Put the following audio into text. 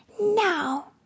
Now